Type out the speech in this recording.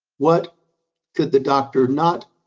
what could the doctor not